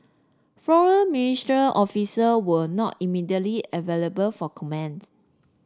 foreign ministry official were not immediately available for comments